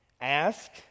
Ask